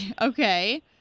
Okay